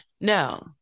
No